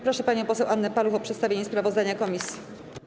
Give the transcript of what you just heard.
Proszę panią poseł Annę Paluch o przedstawienie sprawozdania komisji.